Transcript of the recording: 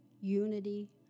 unity